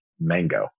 mango